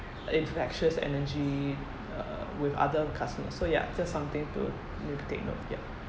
infectious energy uh with other customers so ya just something to to take note yup